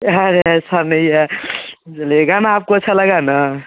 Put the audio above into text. यार ऐसा नहीं है चलिए गाना आपको अच्छा लगा ना